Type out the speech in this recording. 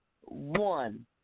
one